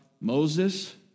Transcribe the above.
Moses